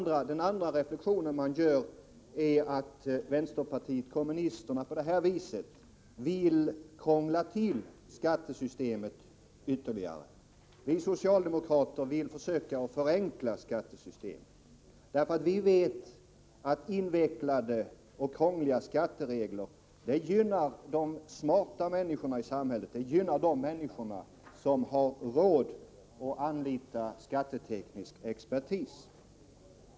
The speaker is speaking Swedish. Den andra reflexionen är att vänsterpartiet kommunisterna på det här sättet vill krångla till skattesystemet ytterligare. Vi socialdemokrater vill försöka förenkla skattesystemet. Vi vet nämligen att invecklade och krångliga skatteregler gynnar de smarta människorna i samhället och de människor som har råd att anlita skatteteknisk expertis.